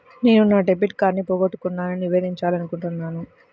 నేను నా డెబిట్ కార్డ్ని పోగొట్టుకున్నాని నివేదించాలనుకుంటున్నాను